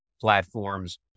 platforms